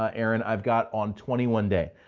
ah aaron, i've got on twenty one day.